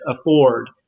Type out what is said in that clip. afford